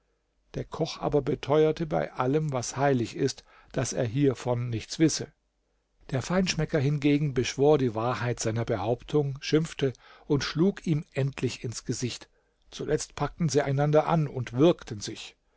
der koch aber beteuerte bei allem was heilig ist daß er hiervon nichts wisse der feinschmecker hingegen beschwor die wahrheit seiner behauptung schimpfte und schlug ihm endlich ins gesicht zuletzt packten sie einander an und würgten sich